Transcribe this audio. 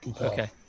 Okay